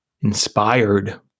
inspired